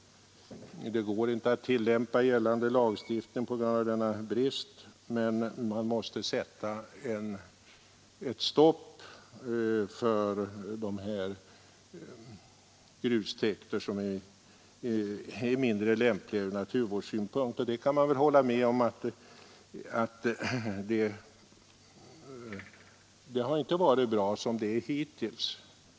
Det går inte att tillämpa gällande lagstiftning på grund av denna brist — man måste sätta stopp för de grustäkter som är mindre lämpliga ur naturvårdssynpunkt. Och vi kan väl hålla med om att det inte har varit bra som det varit hittills.